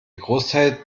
großteil